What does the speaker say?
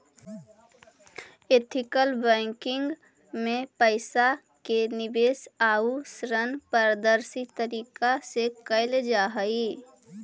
ethical banking में पइसा के निवेश आउ ऋण पारदर्शी तरीका से कैल जा हइ